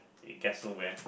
it gets no where